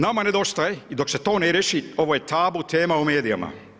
Nama nedostaje i dok se to ne riječi, ovo je tabu tema u medijima.